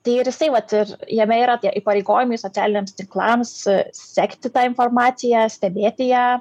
tai ir jisai vat ir jame yra tie įpareigojimai socialiniams tinklams sekti tą informaciją stebėti ją